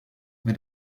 with